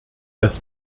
das